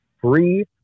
free